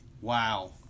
Wow